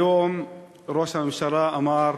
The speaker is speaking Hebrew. היום ראש הממשלה אמר: